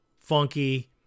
funky